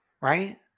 Right